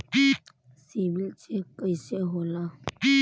CIBIL check कइसे होला?